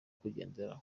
kugendera